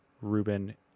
Ruben